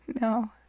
No